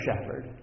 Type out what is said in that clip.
shepherd